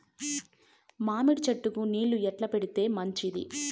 మామిడి చెట్లకు నీళ్లు ఎట్లా పెడితే మంచిది?